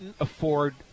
afford